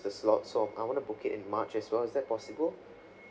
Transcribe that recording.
the slots so I wanna book it in march as well as is that possible